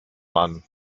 mann